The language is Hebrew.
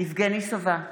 יבגני סובה,